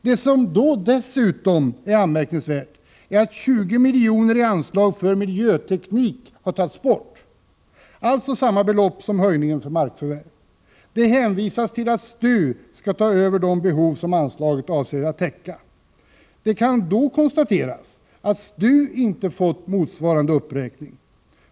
Det som dessutom är anmärkningsvärt är att 20 miljoner i anslag för miljöteknik har tagits bort, alltså samma belopp som anslaget för markförvärv höjs med. Det hänvisas till att STU, styrelsen för teknisk utveckling, skall ta över de behov som anslaget avser att täcka. Det kan då konstateras att STU inte fått motsvarande uppräkning.